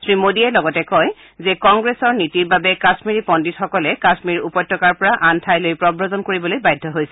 শ্ৰী মোডীয়ে লগতে কয় যে কংগ্ৰেছৰ নীতিৰ বাবে কাম্মীৰি পণ্ডিতসকলে কাম্মীৰ উপত্যকাৰ পৰা আন ঠাইলৈ প্ৰৱজন কৰিবলৈ বাধ্য হৈছে